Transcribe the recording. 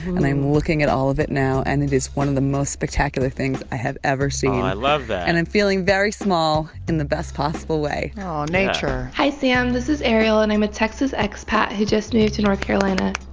and i'm looking at all of it now, and it is one of the most spectacular things i have ever seen oh, i love that and i'm feeling very small in the best possible way oh, nature hi, sam. this is ariel, and i'm a texas expat who just moved to north carolina.